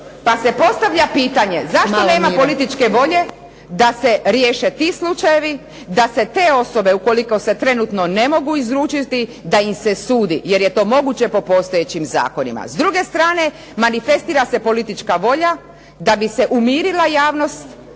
Pa se postavlja pitanje zašto nema političke volje da se riješe ti slučajevi, da se te osobe ukoliko se trenutno ne mogu izručiti da im se sudi jer je to moguće po postojećim zakonima. S druge strane, manifestira se politička volja da bi se umirila javnost,